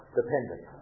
dependent